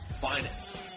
finest